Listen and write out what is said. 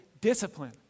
discipline